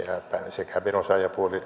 sekä veronsaajapuoli